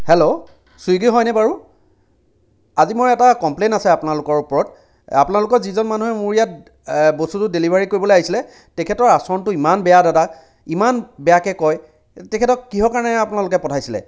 hello Swiggy হয়নে বাৰু আজি মোৰ এটা কমপ্লেইন আছে আপোনালোকৰ ওপৰত আপোনালোকৰ যিজন মানুহে মোৰ ইয়াত বস্তুটো ডেলিভাৰী কৰিবলৈ আহিছিলে তেখেতৰ আচৰণটো ইমান বেয়া দাদা ইমান বেয়াকৈ কয় তেখেতক কিহৰ কাৰণে আপোনালোকে পঠাইছিলে